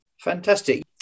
Fantastic